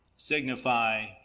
signify